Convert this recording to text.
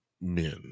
men